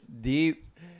deep